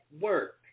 work